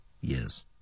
years